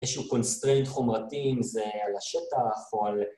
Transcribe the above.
איזשהו קונסטרנט חומרתי עם זה על השטח או על...